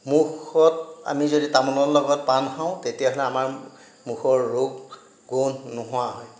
মুখত আমি যদি তামোলৰ লগত পান খাওঁ তেতিয়া হ'লে আমাৰ মুখৰ ৰোগ গোন্ধ নোহোৱা হয়